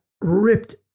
Ripped